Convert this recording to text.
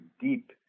deep